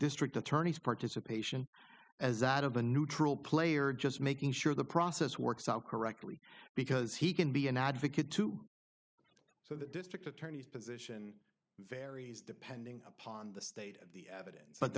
district attorney's participation as that of a neutral player just making sure the process works out correctly because he can be an advocate too so the district attorney's position varies depending upon the state of the evidence but